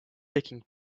taking